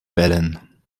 wellen